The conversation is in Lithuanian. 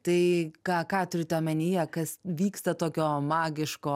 tai ką ką turite omenyje kas vyksta tokio magiško